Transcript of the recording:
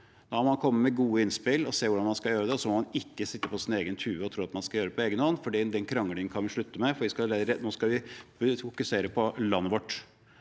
Da må man komme med gode innspill og se hvordan man skal gjøre det. Man må ikke sitte på sin egen tue og tro at man skal gjøre det på egen hånd. Den kranglingen kan vi slutte med, for nå skal vi fokusere på å forsvare